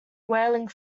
whaling